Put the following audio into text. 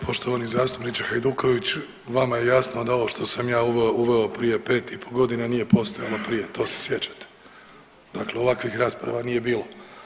Poštovani zastupniče Hajduković, vama je jasno da ovo što sam ja uveo uveo prije 5,5.g. nije postojalo prije, to se sjećate, dakle ovakvih rasprava nije bilo.